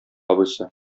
абыйсы